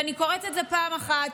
אני קוראת את זה פעם אחת,